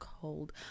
cold